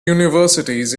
universities